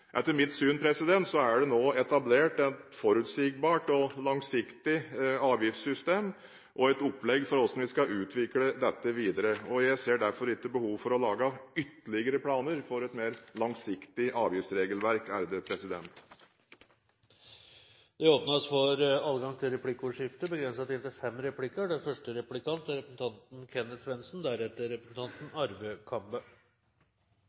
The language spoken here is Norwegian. nå etablert et forutsigbart og langsiktig avgiftssystem og et opplegg for hvordan vi skal utvikle dette videre. Jeg ser derfor ikke behov for å lage ytterligere planer for et mer langsiktig avgiftsregelverk.